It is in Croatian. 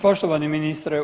Poštovani ministre.